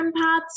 empaths